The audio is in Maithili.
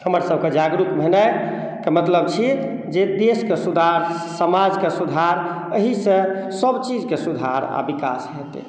हमरसभके जागरुक भेनाइके मतलब छी जे देशके सुधार समाजके सुधार अहीसँ सभचीजके सुधार आ विकास हेतै